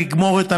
לגמור את המתווה.